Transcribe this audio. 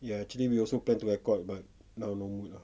ya actually we also plan to record but now no mood ah